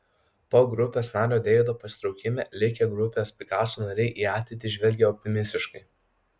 po grupės nario deivido pasitraukimo likę grupės pikaso nariai į ateitį žvelgia optimistiškai